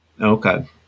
okay